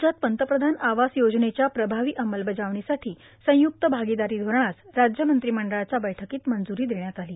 राज्यात पंतप्रधान आवास योजनेच्या प्रभावी अंमलबजावणीसाठी संयुक्त भागीदारी धोरणास राज्य मंत्रिमंडळाच्या बैठकीत मंजूरी देण्यात आली